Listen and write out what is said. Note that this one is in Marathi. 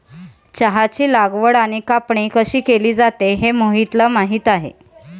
चहाची लागवड आणि कापणी कशी केली जाते हे मोहितला माहित आहे